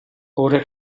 ora